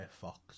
fox